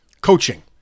coaching